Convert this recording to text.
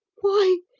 why,